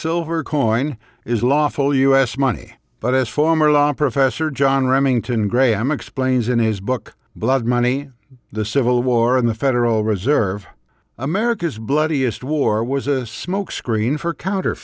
silver coin is lawful u s money but as former law professor john remington graham explains in his book blood money the civil war in the federal reserve america's bloodiest war was a smokescreen for counter